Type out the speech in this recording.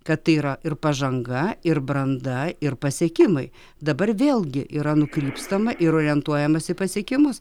kad tai yra ir pažanga ir branda ir pasiekimai dabar vėlgi yra nukrypstama ir orientuojamasi į pasiekimus